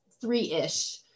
three-ish